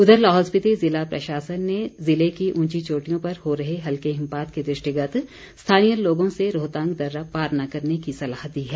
उधर लाहौल स्पीति ज़िला प्रशासन ने ज़िले की ऊंची चोटियों पर हो रहे हल्के हिमपात के दृष्टिगत स्थानीय लोगों से रोहतांग दर्रा पार न करने की सलाह दी है